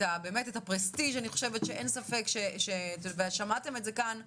את הפרסטיז' ושמעתם את זה כאן מכולם,